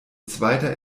zweiter